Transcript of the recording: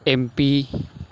M P